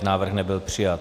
Návrh nebyl přijat.